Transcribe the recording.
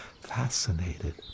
fascinated